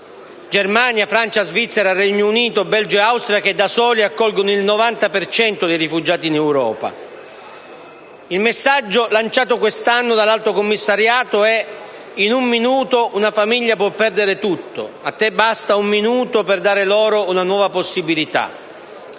(Germania, Francia, Svizzera, Regno Unito, Belgio, Austria) che da soli accolgono il 90 per cento dei rifugiati in Europa. Il messaggio lanciato quest'anno dall'Alto Commissariato è: «In un minuto una famiglia può perdere tutto. A te basta un minuto per dare loro una nuova possibilità».